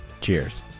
Cheers